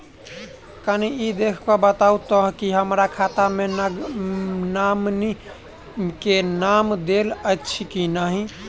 कनि ई देख कऽ बताऊ तऽ की हमरा खाता मे नॉमनी केँ नाम देल अछि की नहि?